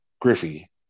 Griffey